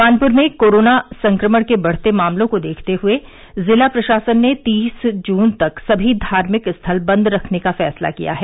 कानपुर में कोरोना संक्रमण के बढ़ते मामलों को देखते हुए जिला प्रशासन ने तीस जून तक सभी धार्मिक स्थल बंद रखने का फैसला किया है